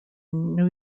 new